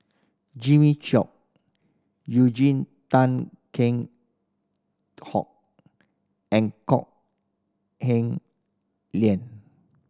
Jimmy Chok Eugene Tan King Hoon and Kok Heng